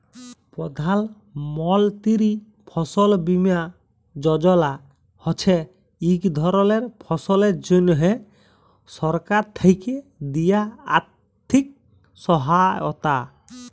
প্রধাল মলতিরি ফসল বীমা যজলা হছে ইক ধরলের ফসলের জ্যনহে সরকার থ্যাকে দিয়া আথ্থিক সহায়তা